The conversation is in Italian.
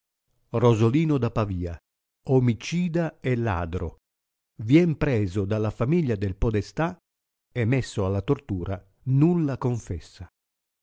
rosolino da pavia omicida e ladro vien preso dalla famiglia del podestà e messo alla tortura nulla confessa